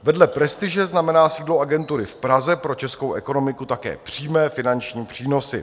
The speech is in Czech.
Vedle prestiže znamená sídlo agentury v Praze pro českou ekonomiku také přímé finanční přínosy.